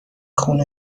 خون